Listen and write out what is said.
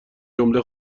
جمله